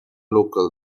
locals